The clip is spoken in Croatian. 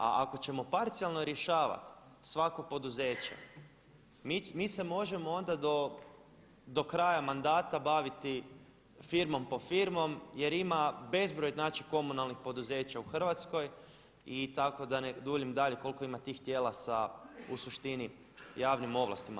A ako ćemo parcijalno rješavati svako poduzeće mi se možemo onda do kraja mandata baviti firmom po firmu jer ima bezbroj znači komunalnih poduzeća u Hrvatskoj i tako da ne duljim dalje koliko ima tih tijela sa u suštini javnim ovlastima.